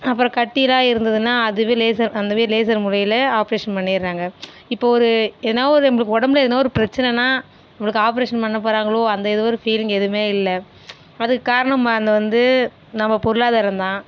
அப்புறோம் கட்டில்லாம் இருந்ததுன்னா அதுவே லேசர் அதுவே லேசர் முறையில் ஆப்ரேஷன் பண்ணிடுறாங்க இப்போ ஒரு என்னாவரு நம்மளுக்கு உடம்பில் ஏதோ பிரச்சினன்னா நம்மளுக்கு ஆப்ரேஷன் பண்ண போகிறாங்களோ அந்த ஒரு ஃபீலிங் எதுவுமே இல்லை அதுக்கு காரணமான வந்து நம்ம பொருளாதாரம் தான்